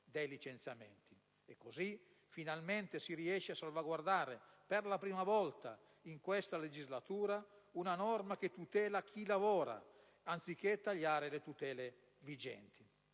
dei licenziamenti. Finalmente, si riuscirà così ad approvare, per la prima volta in questa legislatura, una norma che tutela chi lavora anziché tagliare le tutele vigenti.